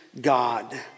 God